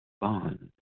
bond